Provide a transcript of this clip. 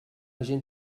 gent